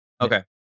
Okay